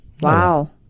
Wow